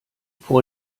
vor